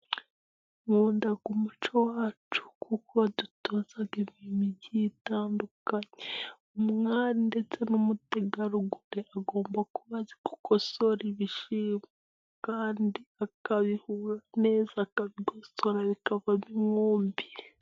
Kunda umuco wacu, kuko utoza imirimo itandukanye. Umwari ndetse n'umutegarugori agomba kuba azi kugosora ibishyimbo kandi akabihura neza akabigosora neza bikava nkumbi.